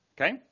Okay